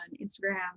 Instagram